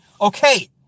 Okay